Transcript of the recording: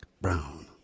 brown